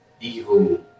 evil